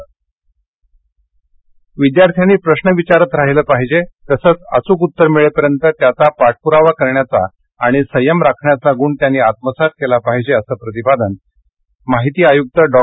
केंद्रीय माहिती आयक्तः विद्यार्थ्यांनी प्रश्न विचारत राहिलं पाहीजे तसच अचूक उत्तर मिळेपर्यंत त्याचा पाठप्रावा करण्याचा आणि संयम राखण्याचा गुण त्यांनी आत्मसात केला पाहिजे असं प्रतिपादन केंद्रीय माहिती आयुक्त डॉ